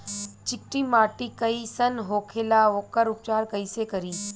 चिकटि माटी कई सन होखे ला वोकर उपचार कई से करी?